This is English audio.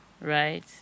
right